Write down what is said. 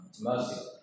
mercy